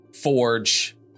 forge